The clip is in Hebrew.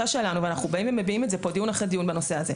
ואנחנו באים ומביעים זאת פעם אחר פעם בדיונים בנושא זה.